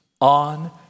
on